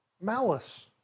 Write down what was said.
malice